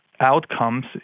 outcomes